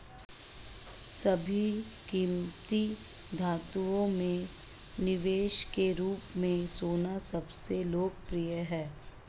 सभी कीमती धातुओं में निवेश के रूप में सोना सबसे लोकप्रिय है